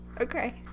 Okay